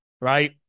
right